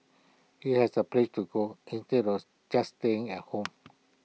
he has A place to go to instead of just staying at home